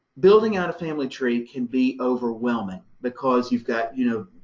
building out a family tree can be overwhelming, because you've got, you know,